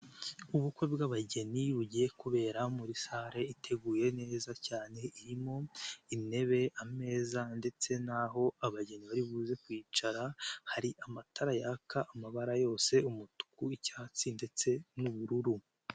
Ubukwe bw'abageni bugiye kubera muri salle iteguye neza cyane irimo; intebe, ameza ndetse naho abageni bari buze kwicara, hari amatara yaka amabara yose umutuku, icyatsi ndetse n'ubururu.